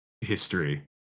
history